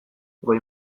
goi